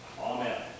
Amen